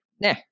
Nah